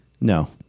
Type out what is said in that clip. no